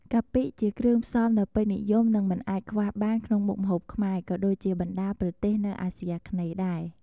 កាពិ ជាគ្រឿងផ្សំដ៏ពេញនិយមនិងមិនអាចខ្វះបានក្នុងមុខម្ហូបខ្មែរ ក៏ដូចជាបណ្តាប្រទេសនៅអាស៊ីអាគ្នេយ៍ដែរ។